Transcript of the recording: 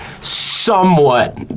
somewhat